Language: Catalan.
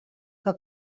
que